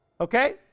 Okay